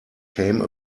came